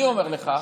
אני אומר לך,